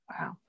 Wow